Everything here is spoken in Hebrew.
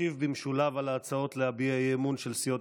ישיב במשולב על ההצעות להביע אי-אמון של סיעות